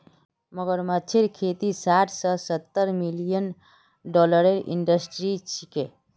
मगरमच्छेर खेती साठ स सत्तर मिलियन डॉलरेर इंडस्ट्री छिके